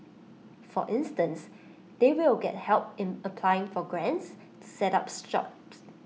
for instance they will get help in applying for grants to set up shops